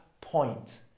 point